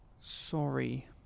Sorry